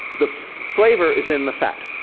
the flavor is in the fat.